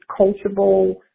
coachable